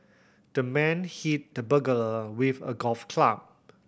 the man hit the burglar with a golf club